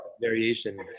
variation